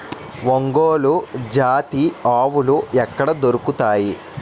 ఒంగోలు జాతి ఆవులు ఎక్కడ దొరుకుతాయి?